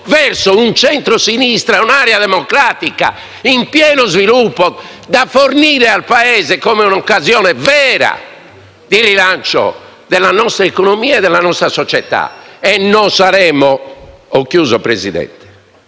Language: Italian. verso un centro-sinistra e un'area democratica in pieno sviluppo, così da fornire al Paese un'occasione vera di rilancio della nostra economia e della nostra società. Non saremo mai strumentali,